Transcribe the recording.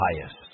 highest